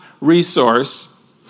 resource